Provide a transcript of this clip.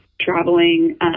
traveling